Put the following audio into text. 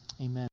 amen